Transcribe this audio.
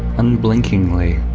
unblinkingly,